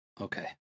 Okay